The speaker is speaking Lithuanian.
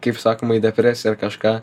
kaip sakoma į depresiją ar kažką